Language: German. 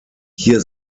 hier